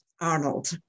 Arnold